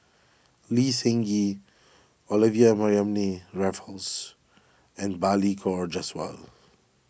Lee Seng Gee Olivia Mariamne Raffles and Balli Kaur Jaswal